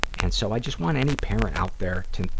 and so i just want any parent out there to,